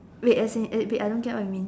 wait as in eh wait I don't get what you mean